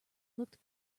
looked